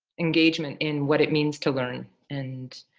engagement in what it means to learn and